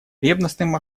ревностным